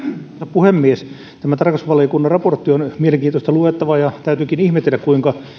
puhemies tämä tarkastusvaliokunnan raportti on mielenkiintoista luettavaa ja täytyykin ihmetellä kuinka